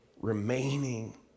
remaining